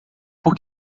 por